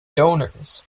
donors